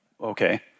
okay